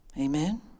Amen